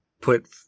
put